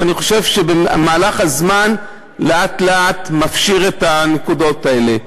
ואני חושב שמהלך הזמן לאט-לאט מפשיר את הנקודות האלה.